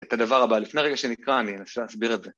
את הדבר הבא, לפני הרגע שנקרא אני אנסה להסביר את זה.